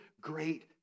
great